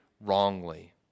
wrongly